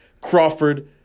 Crawford